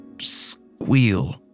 squeal